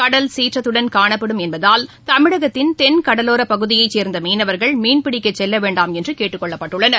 கடல் சீற்றத்துடன் காணப்படும் என்பதால் தமிழகத்தின் தென்கடலோர பகுதியைச் சேர்ந்த மீனவர்கள் மீன்பிடிக்கச் செல்ல வேண்டாம் என்று கேட்டுக் கொள்ளப்பட்டுள்ளனர்